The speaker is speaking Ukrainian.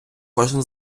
кожен